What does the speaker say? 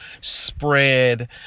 spread